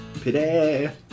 Pity